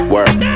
Work